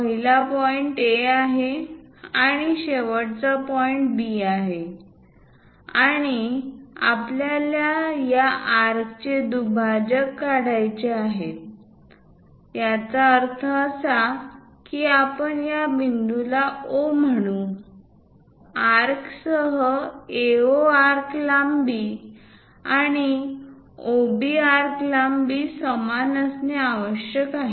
पहिला point A आहे आणि शेवटचा पॉईंट B आहे आणि आपल्याला या आर्कचे दुभाजक काढायचे आहे याचा अर्थ असा की आपण या बिंदूला O म्हणू आर्कसह AO आर्क लांबी आणि OB आर्क लांबी समान असणे आवश्यक आहे